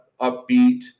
upbeat